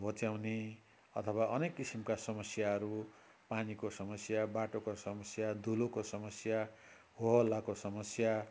होच्याउने अथवा अनेक किसिमका समस्याहरू पानीको समस्या बाटोको समस्या धुलोको समस्या होहल्लाको समस्या